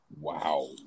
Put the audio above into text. wow